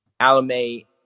Alame